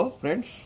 friends